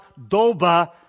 Doba